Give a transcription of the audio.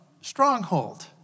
stronghold